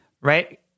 Right